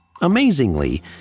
Amazingly